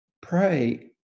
pray